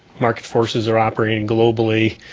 market forces are operating globally.